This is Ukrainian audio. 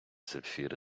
сапфіри